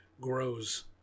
grows